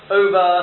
over